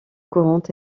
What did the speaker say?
courante